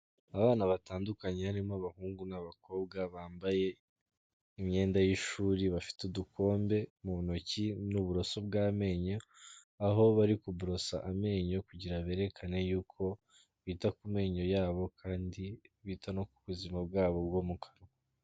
Abana batandukanye barimo abahungu n'abakobwa bambaye imyenda y'ishuri, bafite udukombe mu ntoki n'uburoso bw'amenyo, aho bari kuborosa amenyo kugira berekane yuko bita ku menyo yabo kandi bita no ku buzima bwabo bwo mu kanwa.